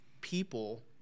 people